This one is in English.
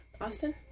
Austin